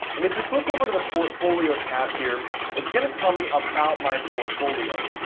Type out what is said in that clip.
and if we click over to the portfolio tab here it's gonna tell me about my portfolio.